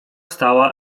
stała